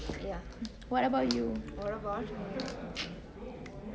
ya what about me